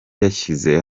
yashyize